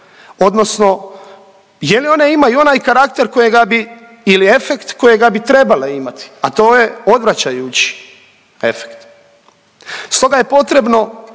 odnosno je li one imaju onaj karakter kojega bi ili efekt kojega bi trebale imati, a to je odvraćajući efekt. Stoga je potrebno